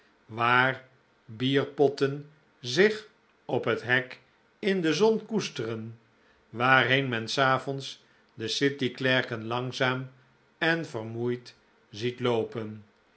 waar bierpotten zich op het hek in de zon koesteren waarheen men s avonds de city klerken langzaam en vermoeid ziet loopen